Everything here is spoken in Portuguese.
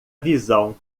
visão